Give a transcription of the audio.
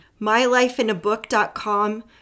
mylifeinabook.com